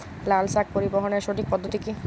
লালশাক পরিবহনের সঠিক পদ্ধতি কি?